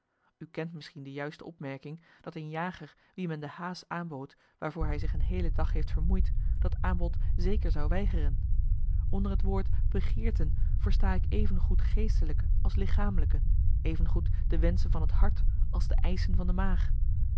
kent misschien de juiste opmerking dat een jager wie men de haas aanbood waarvoor hij zich een heele dag heeft vermoeid dat aanbod zeker zou weigeren onder het woord begeerten versta ik even goed geestelijke als lichamelijke even goed de wenschen van het hart als de eischen van de maag